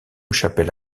chapelle